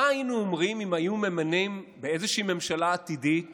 מה היינו אומרים אם היו ממנים באיזושהי ממשלה עתידית